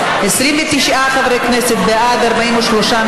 חברותיי, חבריי חברי הכנסת, רגע מרגש.